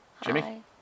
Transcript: Jimmy